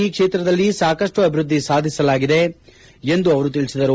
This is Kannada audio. ಇ ಕ್ಷೇತ್ರದಲ್ಲಿ ಸಾಕಷ್ಟು ಅಭಿವೃದ್ಧಿ ಸಾದಿಸಲಾಗಿದೆ ಎಂದು ಅವರು ತಿಳಿಸಿದರು